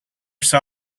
saw